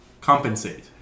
compensate